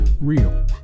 Real